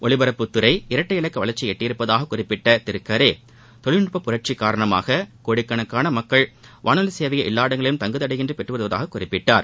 ஒலிபரப்புத்துறை இரட்டை இலக்க வளர்ச்சியை எட்டியுள்ளதாகக் குறிப்பிட்ட திரு கரே தொழில்நுட்ப புரட்சி காரணமாக கோடிக்கணக்கான மக்கள் வானொலி சேவையை எல்லா இடங்களிலும் தங்கு தடையின்றி பெற்று வருவதாகக் குறிப்பிட்டார்